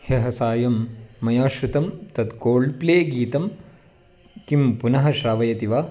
ह्यः सायं मया श्रुतं तत् कोल्ड् प्ले गीतं किं पुनः श्रावयति वा